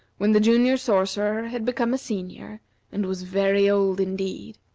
when the junior sorcerer had become a senior and was very old indeed,